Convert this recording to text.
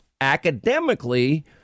academically